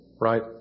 right